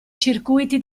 circuiti